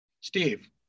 Steve